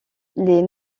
les